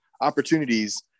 opportunities